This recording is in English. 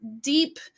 deep